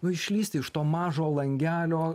nu išlįsti iš to mažo langelio